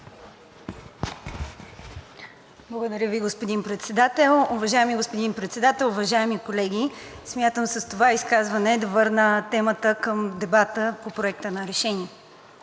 Благодаря Ви, господин Председател. Уважаеми господин Председател, уважаеми колеги! Смятам с това изказване да върна темата към дебата по Проекта на решение.